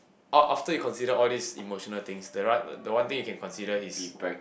all after you consider all these emotional things the ra~ the one thing you can consider is